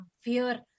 fear